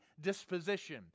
disposition